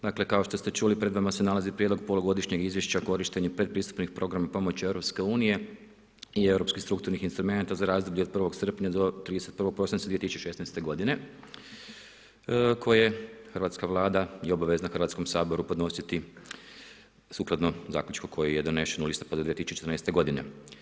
Dakle kao što ste čuli pred vama se nalazi prijedlog polugodišnjeg Izvješća o korištenju predpristupnih programa pomoći Europske unije i europskih strukturnih instrumenata za razdoblje od 1. srpnja do 31. prosinca 2016. godine koje hrvatska Vlada je obavezna Hrvatskom saboru podnositi sukladno zaključku koji je donesen u listopadu 2014. godine.